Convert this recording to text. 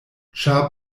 ĉar